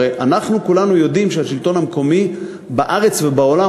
הרי אנחנו כולנו יודעים שהשלטון המקומי בארץ ובעולם